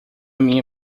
minha